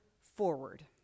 forward